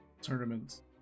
tournaments